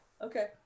Okay